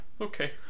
Okay